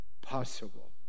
possible